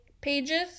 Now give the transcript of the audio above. pages